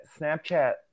Snapchat